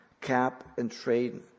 cap-and-trade